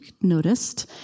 noticed